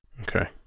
Okay